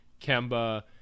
kemba